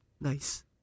Nice